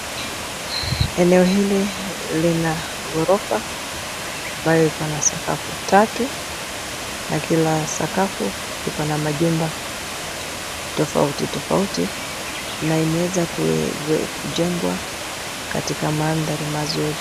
Eneo hili lina ghorofa lenye sakafu tatu na kila sakafu ina manyumba tofouti tofouti na zimeanza kujengwa katika mandhari mazuri.